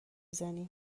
زنی